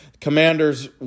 commanders